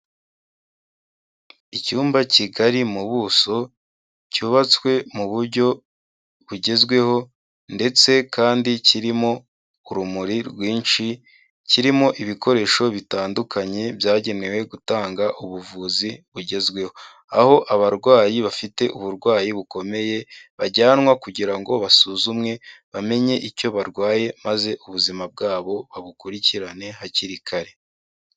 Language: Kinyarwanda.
Icyumba kigari mu buso, cyubatswe mu buryo bugezweho ndetse kandi kirimo urumuri rwinshi, kirimo ibikoresho bitandukanye byagenewe gutanga ubuvuzi bugezweho. Aho abarwayi bafite uburwayi bukomeye, bajyanwa kugira ngo basuzumwe, bamenye icyo barwaye maze ubuzima bwabo babukurikirane hakiri kare.